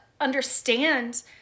understand